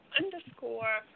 underscore